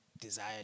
desire